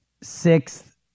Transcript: Sixth